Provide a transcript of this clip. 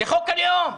לחוק הלאום.